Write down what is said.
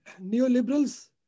neoliberals